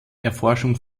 erforschung